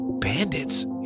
bandits